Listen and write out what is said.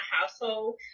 household